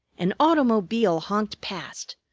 an automobile honked past,